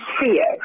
fear